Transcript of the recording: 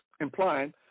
implying